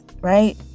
right